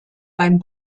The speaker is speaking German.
beim